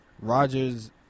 Rodgers